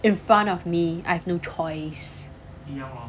in front of me I have no choice